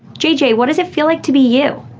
jj, what does it feel like to be you?